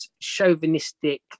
chauvinistic